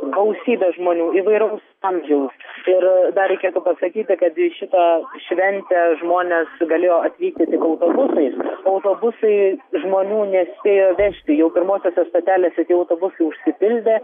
gausybė žmonių įvairaus amžiaus ir dar reikėtų pasakyti kad į šitą šventę žmonės galėjo atvykti tik autobusais autobusai žmonių nespėjo vežti jau pirmosiose stotelėse tie autobusai užsipildė